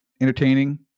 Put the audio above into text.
entertaining